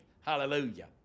Hallelujah